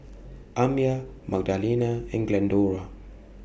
Amya Magdalena and Glendora